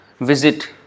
visit